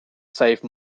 save